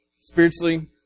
Spiritually